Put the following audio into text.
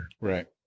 Right